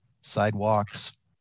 sidewalks